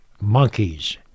monkeys